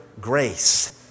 grace